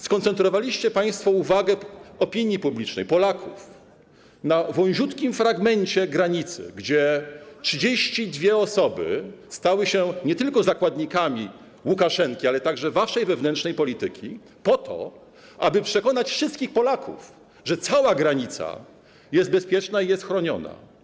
Skoncentrowaliście państwo uwagę opinii publicznej, Polaków, na wąziutkim fragmencie granicy, gdzie 32 osoby stały się nie tylko zakładnikami Łukaszenki, ale także waszej wewnętrznej polityki, po to, aby przekonać wszystkich Polaków, że cała granica jest bezpieczna i chroniona.